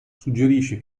suggerisce